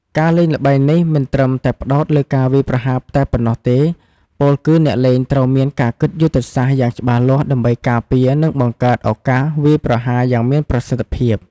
ការលេងល្បែងនេះមិនត្រឹមតែផ្តោតលើការវាយប្រហារតែប៉ុណ្ណោះទេ ពោលគឺអ្នកលេងត្រូវមានការគិតយុទ្ធសាស្ត្រយ៉ាងច្បាស់លាស់ ដើម្បីការពារ និងបង្កើតឱកាសវាយប្រហារយ៉ាងមានប្រសិទ្ធភាព។